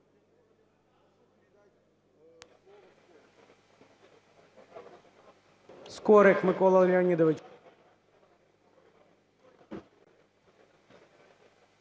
Дякую.